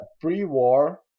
pre-war